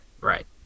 Right